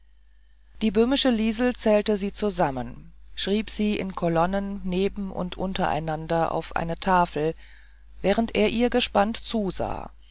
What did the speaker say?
die böhmische liesel zählte sie zusammen schrieb sie in kolonnen neben und untereinander auf eine tafel während er ihr gespannt zusah